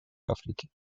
африке